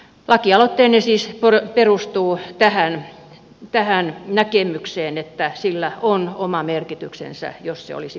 lakialoitteeni siis perustuu tähän näkemykseen että sillä on oma merkityksensä jos se olisi pakollisena